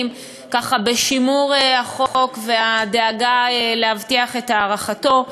לשימור החוק ולדאגה להבטיח את הארכתו.